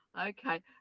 Okay